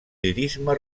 lirisme